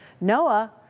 Noah